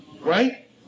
right